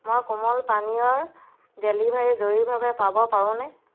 মই কোমল পানীয়ৰ ডেলিভৰী জৰুৰীভাৱে পাব পাৰোঁ নে